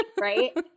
right